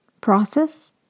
process